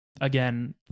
again